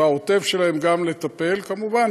ובעוטף שלהם גם לטפל, כמובן